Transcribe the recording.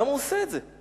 למה הוא עושה את זה?